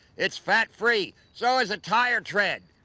it's fat-free. so is a tyre tread!